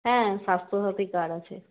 হ্যাঁ স্বাস্থ্যসাথী কার্ড আছে